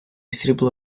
срібла